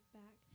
back